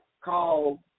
called